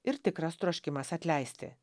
ir tikras troškimas atleisti